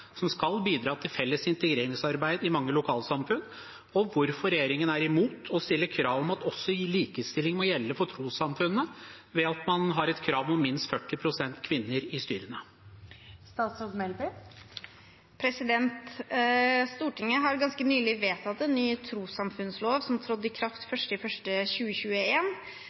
som skal bidra til felles integreringsarbeid i mange lokalsamfunn, og hvorfor regjeringen er imot å stille krav om at også likestilling må gjelde for trossamfunnene, ved at man har et krav om minst 40 pst. kvinner i styrene? Stortinget har ganske nylig vedtatt en ny trossamfunnslov, som trådte i kraft